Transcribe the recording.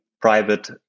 private